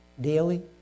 daily